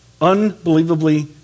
unbelievably